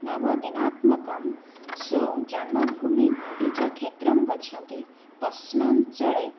नवदिनात्मकं स्वजन्मभूमिं गुण्डिचक्षेत्रं गच्छन्ति अस्मिन्चले